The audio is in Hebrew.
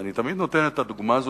ואני תמיד נותן את הדוגמה הזאת,